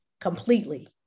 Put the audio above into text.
completely